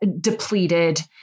depleted